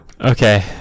okay